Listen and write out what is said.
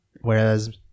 Whereas